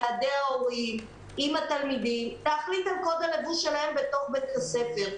עם ועדי ההורים ועם התלמידים להחליט על קוד הלבוש שלהם בתוך בית הספר.